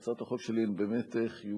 הצעות החוק שלי הן באמת חיוביות.